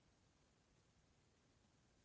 Hvala